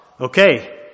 Okay